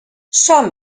som